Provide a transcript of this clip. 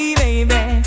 baby